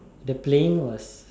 the playing was